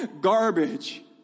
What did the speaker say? garbage